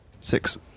Six